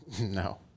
No